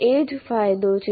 એ જ ફાયદો છે